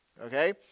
Okay